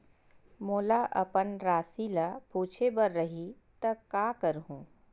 मोला अपन राशि ल पूछे बर रही त का करहूं?